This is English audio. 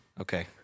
Okay